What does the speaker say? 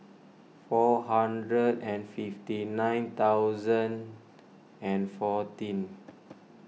four hundred and fifty nine thousand and fourteen